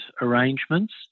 arrangements